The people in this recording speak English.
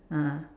ah